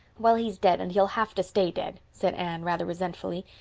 well, he's dead, and he'll have to stay dead, said anne, rather resentfully.